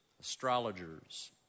astrologers